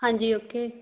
ਹਾਂਜੀ ਓਕੇ